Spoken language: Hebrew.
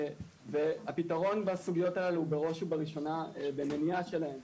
הפתרון בסוגיות הללו הוא בראש ובראשונה במניעה שלהם,